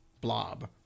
blob